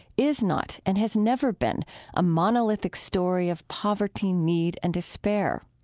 is not and has never been a monolithic story of poverty, need, and despair,